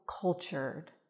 cultured